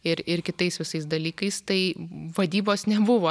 ir ir kitais visais dalykais tai vadybos nebuvo